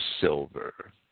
silver